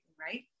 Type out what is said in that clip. right